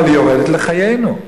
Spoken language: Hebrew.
אבל היא יורדת לחיינו.